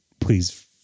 please